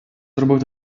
зробив